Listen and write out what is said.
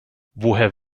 woher